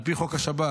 על פי חוק השב"כ,